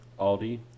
Aldi